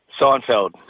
Seinfeld